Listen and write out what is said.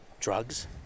drugs